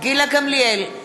גילה גמליאל,